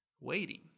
waiting